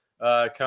come